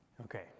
Okay